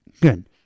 Good